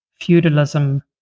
feudalism